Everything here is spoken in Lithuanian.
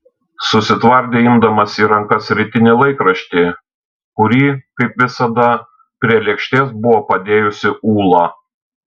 susitvardė imdamas į rankas rytinį laikraštį kurį kaip visada prie lėkštės buvo padėjusi ūla